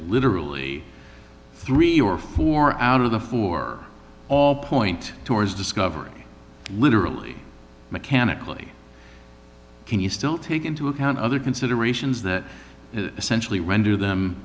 literally three or four out of the four all point towards discovery literally mechanically can you still take into account other considerations that essentially render